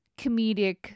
comedic